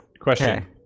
question